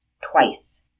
twice